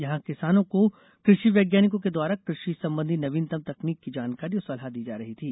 यहां किसानों को कृषि वैज्ञानिकों के द्वारा कृषि संबंधी नवीनतम तकनीकी की जानकारी और सलाह दी जा रही थी